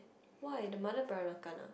why the mother Peranakan ah